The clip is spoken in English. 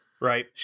right